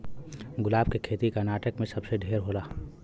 गुलाब के खेती कर्नाटक में सबसे ढेर होला